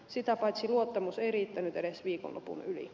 sitä paitsi luottamus ei riittänyt edes viikonlopun yli